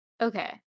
Okay